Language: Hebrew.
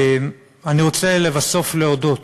אני רוצה, לבסוף, להודות